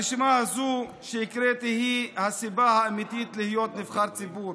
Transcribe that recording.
הרשימה הזאת שהקראתי היא הסיבה האמיתית להיות נבחר ציבור,